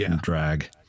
drag